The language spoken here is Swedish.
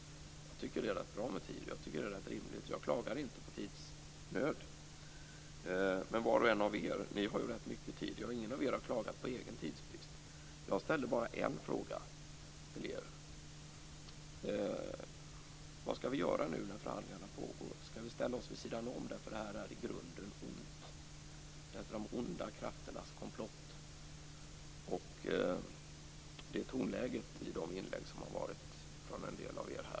Jag tycker att det är rätt bra med tid. Jag tycker att det är rätt rimligt. Jag klagar inte på tidsnöd. Var och en av er har också rätt mycket tid. Ingen av er har klagat på egen tidsbrist. Jag ställde bara en fråga till er: Vad skall vi göra nu när förhandlingarna pågår? Skall vi ställa oss vid sidan om eftersom det här i grunden är ont, en de onda krafternas komplott? Det är tonläget i en del av era inlägg.